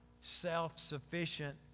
self-sufficient